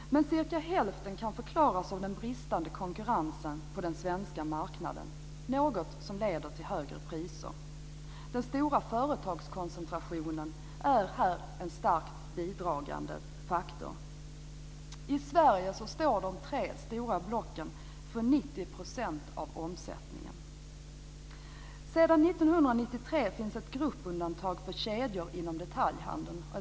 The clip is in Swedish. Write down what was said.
Men ungefär hälften kan förklaras av den bristande konkurrensen på den svenska marknaden, något som leder till högre priser. Den stora företagskoncentrationen är här en starkt bidragande faktor. I Sverige står de tre stora blocken för 90 % av omsättningen. Sedan 1993 finns ett gruppundantag för kedjor inom detaljhandeln.